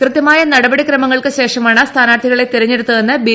കൃത്യമായ നടപടി ക്രമങ്ങൾക്ക് ശേഷമാണ് സ്ഥാനാർത്ഥികളെ തിരഞ്ഞെടുത്തതെന്ന് ബി